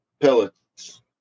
Pellets